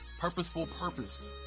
purposefulpurpose